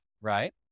right